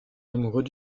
amoureux